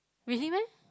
really meh